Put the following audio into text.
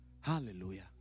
Hallelujah